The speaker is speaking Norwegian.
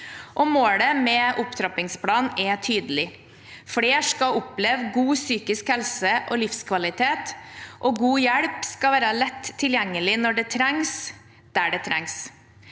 Målet med opptrappingsplanen er tydelig: Flere skal oppleve god psykisk helse og livskvalitet, og god hjelp skal være lett tilgjengelig når det trengs, der det trengs.